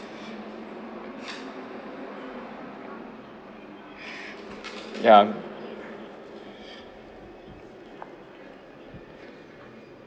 yup